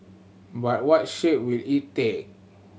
but what shape will it take